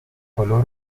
color